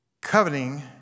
Coveting